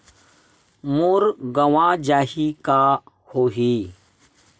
मोर गंवा जाहि का होही?